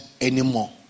anymore